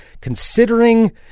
Considering